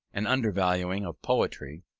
an undervaluing of poetry,